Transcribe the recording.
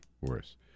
worse